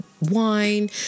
wine